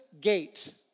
gate